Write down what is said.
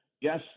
yes